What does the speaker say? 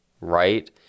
right